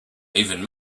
even